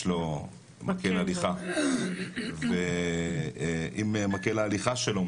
יש לו מקל הליכה ועם מקל ההליכה שלו הוא